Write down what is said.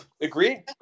Agreed